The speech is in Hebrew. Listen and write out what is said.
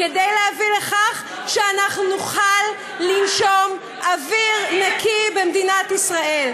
כדי להביא לכך שאנחנו נוכל לנשום אוויר נקי במדינת ישראל.